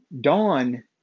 dawn